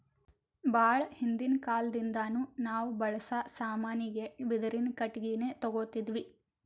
ಭಾಳ್ ಹಿಂದಿನ್ ಕಾಲದಿಂದಾನು ನಾವ್ ಬಳ್ಸಾ ಸಾಮಾನಿಗ್ ಬಿದಿರಿನ್ ಕಟ್ಟಿಗಿನೆ ತೊಗೊತಿದ್ವಿ